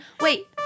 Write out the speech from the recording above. Wait